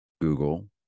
Google